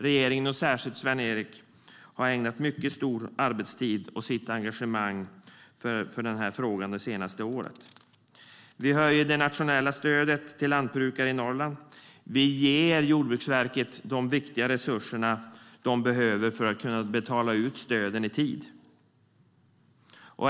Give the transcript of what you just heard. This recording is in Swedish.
Regeringen och särskilt Sven-Erik har ägnat mycket arbetstid och engagemang åt denna fråga det senaste året. Vi höjer det nationella stödet till lantbrukare i Norrland. Vi ger Jordbruksverket de viktiga resurser de behöver för att kunna betala ut stöd i tid.